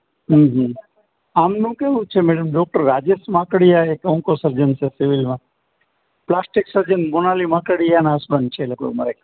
હમ હમ આમનું કેવું છે મેડમ ડોકટર રાજેશ માકડીયા એ ઓન્કો સર્જન છે સિવિલમાં પ્લાસ્ટિક સર્જન મોનાલી માકડીયાના હસબન્ડ છે લગભગ મારા ખ્યાલથી